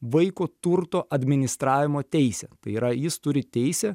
vaiko turto administravimo teisę tai yra jis turi teisę